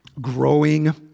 Growing